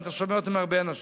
ואתה שומע אותה מהרבה אנשים.